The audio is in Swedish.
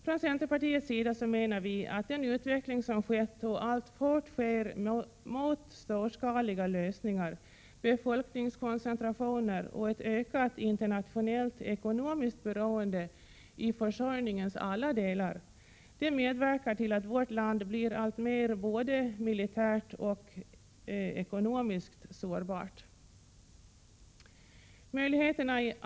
Från centerpartiets sida menar vi att den utveckling som skett och alltfort sker mot storskaliga lösningar, befolkningskoncentrationer och ett ökat internationellt ekonomiskt beroende i försörjningens alla delar medverkar till att vårt land blir alltmer både militärt och ekonomiskt sårbart.